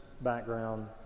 background